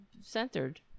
centered